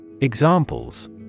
Examples